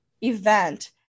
event